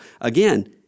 again